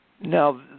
Now